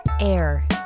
Air